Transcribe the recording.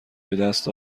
بدست